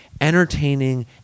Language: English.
entertaining